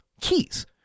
keys